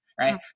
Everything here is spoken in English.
right